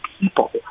people